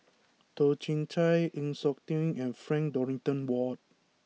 Toh Chin Chye Chng Seok Tin and Frank Dorrington Ward